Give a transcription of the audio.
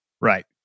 Right